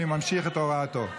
ואני ממשיך את הוראתו.